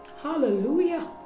Hallelujah